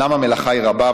אומנם המלאכה היא רבה,